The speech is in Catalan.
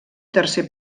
tercer